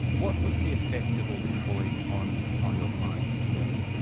what was the effect of all this bullying on on your client, miss b?